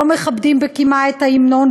לא מכבדים בקימה את ההמנון,